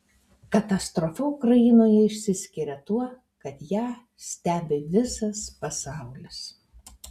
katastrofa ukrainoje išsiskiria tuo kad ją stebi visas pasaulis